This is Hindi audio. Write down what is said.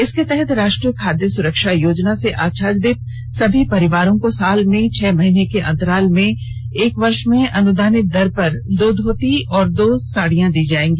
इसके तहत राष्ट्रीय खाद्य सुरक्षा योजना से अच्छादित सभी परिवारों को साल में छह महीने के अंतराल में एक वर्ष में अनुदानित दर पर दो धोती और दो साड़ी दी जाएगी